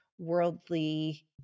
worldly